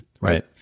Right